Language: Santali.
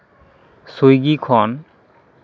ᱥᱩᱭᱜᱤ ᱠᱷᱚᱱ